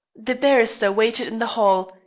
the barrister waited in the hall,